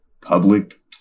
public